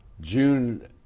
June